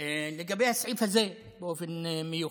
לגבי הסעיף הזה באופן מיוחד.